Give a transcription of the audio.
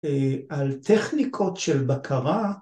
‫על טכניקות של בקרה.